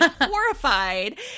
horrified